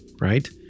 right